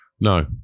No